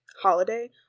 holiday